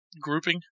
grouping